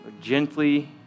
Gently